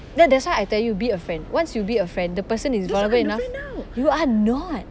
ya that's why I tell you be a friend once you be a friend the person is vulnerable enough you are not